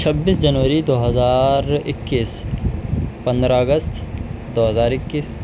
چھبیس جنوری دو ہزار اکیس پندرہ اگست دو ہزار اکیس